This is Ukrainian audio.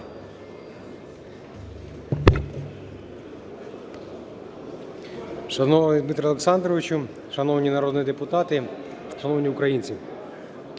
Шановний Дмитре Олександровичу, шановні народні депутати, шановні українці!